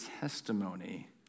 testimony